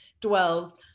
dwells